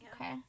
Okay